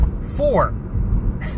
four